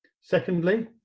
Secondly